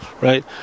right